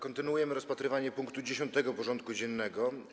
Kontynuujemy rozpatrywanie punktu 10. porządku dziennego.